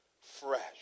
fresh